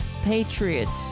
patriots